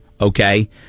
okay